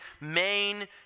main